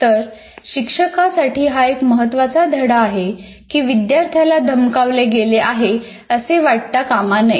तर शिक्षकांसाठी हा एक महत्त्वाचा धडा आहे की विद्यार्थ्याला धमकावले गेले आहे असे वाटता कामा नये